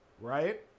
Right